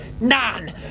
None